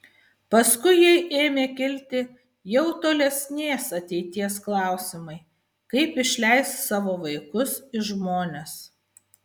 paskui jai ėmė kilti jau tolesnės ateities klausimai kaip išleis savo vaikus į žmones